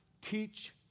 Teach